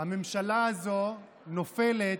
הממשלה הזו נופלת,